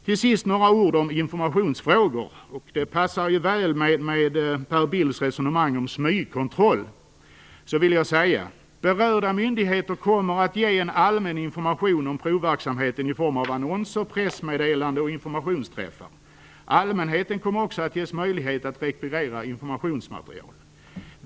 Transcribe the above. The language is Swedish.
Till sist några ord om informationsfrågor. Det passar väl med Per Bills resonemang om smygkontroll. Berörda myndigheter kommer att ge en allmän information om provverksamheten i form av annonser, pressmeddelanden och informationsträffar. Allmänheten kommer också att ges möjlighet att rekvirera informationsmaterial.